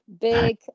big